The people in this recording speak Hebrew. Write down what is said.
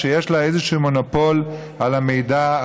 שיש לה איזשהו מונופול על המידע,